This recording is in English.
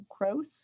gross